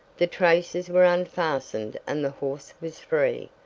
the traces were unfastened and the horse was free,